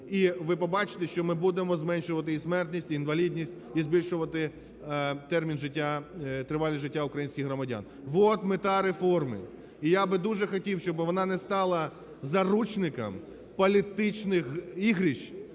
І ви побачите, що ми будемо зменшувати і смертність, і інвалідність і збільшувати термін життя, тривалість життя українських громадян. От мета реформи і я би дуже хотів, щоби вона не стала заручником політичних ігрищ